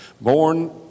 born